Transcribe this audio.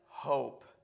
Hope